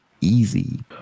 easy